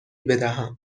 بدهم